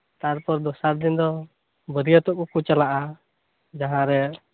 ᱛᱟᱨᱯᱚᱨ ᱫᱚᱥᱟᱨ ᱫᱤᱱ ᱫᱚ ᱵᱟᱹᱨᱭᱟᱹᱛᱚᱜ ᱠᱚᱠᱚ ᱪᱟᱞᱟᱜᱼᱟ ᱡᱟᱦᱟᱸᱨᱮ